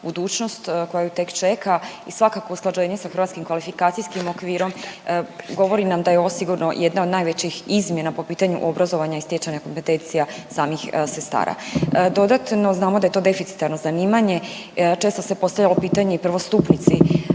budućnost koja ju tek čeka i svakako usklađenje sa hrvatskim kvalifikacijskim okvirom govori nam da je ovo sigurno jedna od najvećih izmjena po pitanju obrazovanja i stjecanja kompetencija samih sestara. Dodatno znamo da je to deficitarno zanimanje, često se postavljalo pitanje i prvostupnici